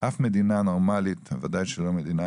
אף מדינה נורמלית בוודאי שלא מדינה